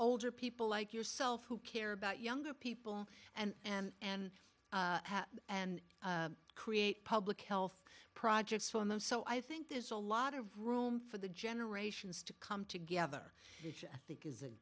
older people like yourself who care about younger people and and and and create public health projects for them so i think there's a lot of room for the generations to come together which i think is a